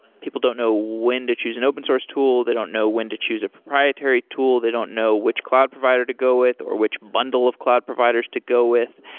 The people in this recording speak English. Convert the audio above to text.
people don't know when to choose an open source tool. they don't know when to choose a proprietary tool. they don't know which cloud provider to go with, or which bundle of cloud providers to go with.